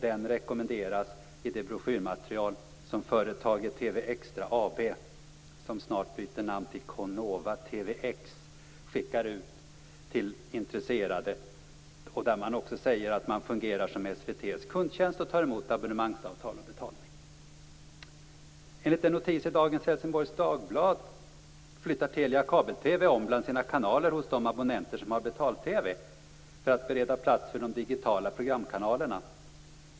Den rekommenderas i det broschyrmaterial som företaget TV Extra AB, som snart byter namn till Con Nova TVX, skickar ut till intresserade. Där säger man också att man fungerar som SVT:s kundtjänst och tar emot abonnemangsavtal och betalning. Enligt en notis i dagens Helsingborgs Dagblad flyttar Telia Kabel-TV om bland sina kanaler hos de abonnenter som har betal-TV för att bereda plats för de digitala programkanalerna.